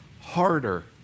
harder